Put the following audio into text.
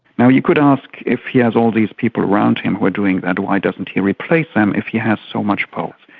now, you could ask if he has all these people around him who are doing that, why doesn't he replace them if he has so much power?